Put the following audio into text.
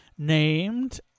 named